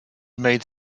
made